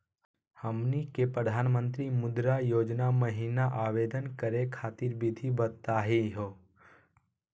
हमनी के प्रधानमंत्री मुद्रा योजना महिना आवेदन करे खातीर विधि बताही हो?